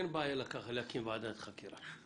אין בעיה להקים ועדת חקירה.